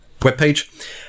webpage